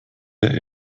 der